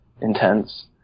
intense